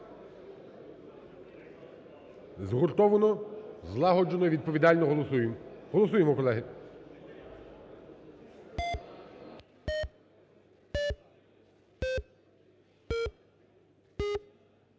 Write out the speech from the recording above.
Згуртовано, злагоджено, відповідально голосуємо. Голосуємо, колеги.